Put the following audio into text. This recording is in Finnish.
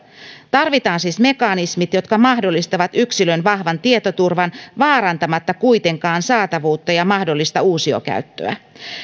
tarvitaan siis mekanismit jotka mahdollistavat yksilön vahvan tietoturvan vaarantamatta kuitenkaan saatavuutta ja mahdollista uusiokäyttöä